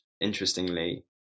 interestingly